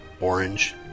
orange